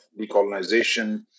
decolonization